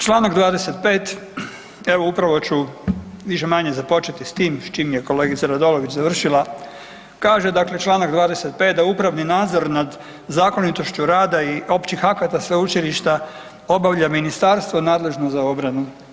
Članak 25., evo upravo ću više-manje započeti s tim s čim je kolegica Radolović završila, kaže dakle Članak 25. da upravni nadzor nad zakonitošću rada i općih akata sveučilišta obavlja ministarstvo nadležno za obranu.